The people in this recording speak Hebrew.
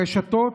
הרשתות,